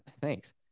Thanks